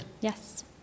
Yes